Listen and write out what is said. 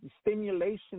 stimulation